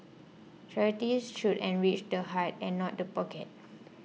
charity should enrich the heart and not the pocket